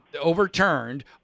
overturned